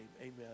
Amen